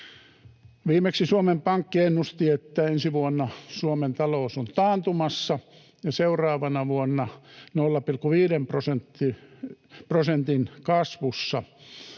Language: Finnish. Viimeksi Suomen Pankki ennusti, että ensi vuonna Suomen talous on taantumassa ja seuraavana vuonna 0,5 prosentin kasvussa,